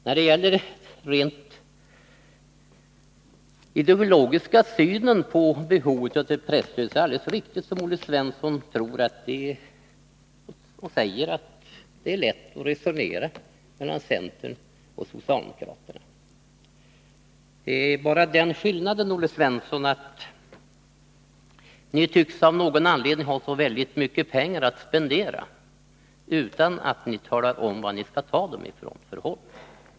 Då det gäller den rent ideologiska synen på behovet av ett presstöd är det alldeles riktigt som Olle Svensson säger, att det är lätt att resonera mellan centern och socialdemokraterna. Det är bara den skillnaden, Olle Svensson, att ni av någon anledning tycks ha så mycket pengar att spendera utan att tala om varifrån ni skall ta dem.